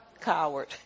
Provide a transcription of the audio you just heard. coward